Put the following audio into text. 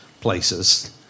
places